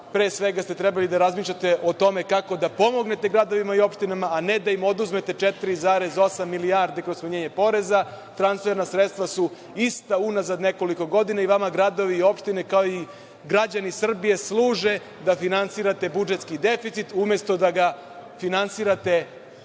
pre svega, ste trebali da razmišljate o tome kako da pomognete gradovima i opštinama, a ne da im oduzmete 4,8 milijardi kroz smanjenje poreza. Transferna sredstva su ista unazade nekoliko godina i vama gradovi i opštine, kao i građani Srbije, služe da finansirate budžetski deficit, umesto da ga finansirate na